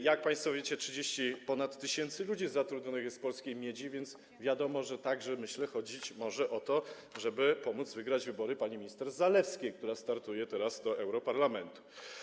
Jak państwo wiecie, ponad 30 tysięcy ludzi zatrudnionych jest w Polskiej Miedzi, więc wiadomo - jak myślę - że chodzić może o to, żeby pomóc wygrać wybory pani minister Zalewskiej, która startuje teraz do europarlamentu.